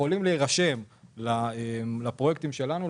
יכולים להירשם לפרויקטים שלנו,